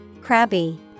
Crabby